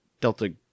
Delta